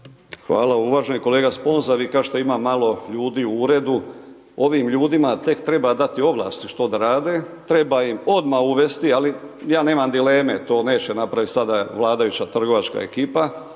Hvala. Uvaženi kolega Sponza vi kažete ima malo ljudi u uredu. Ovim ljudima tek treba dati ovlasti što da rade, treba im odmah uvesti, ali ja nemam dileme, to neće napraviti sada vladajuća trgovačka ekipa,